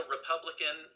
Republican